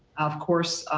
of course,